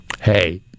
Hey